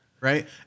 Right